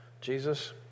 Jesus